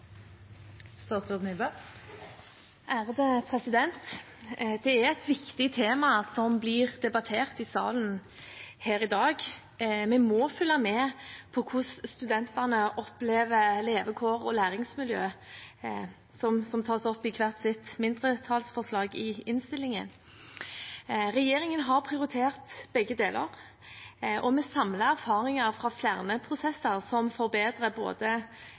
et viktig tema som blir debattert i salen her i dag. Vi må følge med på hvordan studentene opplever levekår og læringsmiljø, noe som tas opp i hvert sitt mindretallsforslag i innstillingen. Regjeringen har prioritert begge deler, og vi samler erfaringer fra flere prosesser som forbedrer både